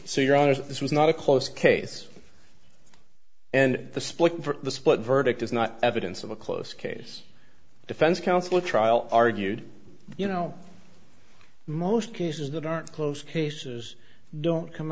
so your honor this was not a close case and the split the split verdict is not evidence of a close case defense counsel trial argued you know most cases that aren't close cases don't come